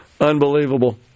Unbelievable